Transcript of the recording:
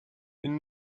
une